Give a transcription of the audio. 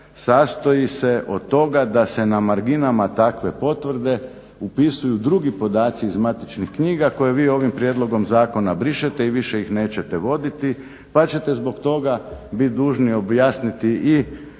sastoji se od toga da se na marginama takve potvrde upisuju drugi podaci iz matičnih knjiga koje vi ovim prijedlogom zakona brišete i više ih nećete voditi pa ćete zbog toga biti dužni objasniti i